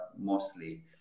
mostly